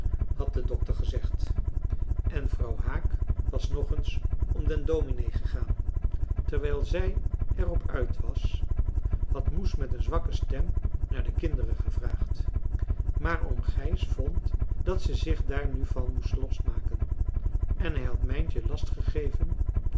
had de dokter gezegd en vrouw haak was nog eens om den dominee gegaan terwijl zij er op uit was had moes met een zwakke stem naar de kinderen gevraagd maar oom gijs vond dat ze zich daar nu van moest losmaken en hij had mijntje